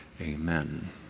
amen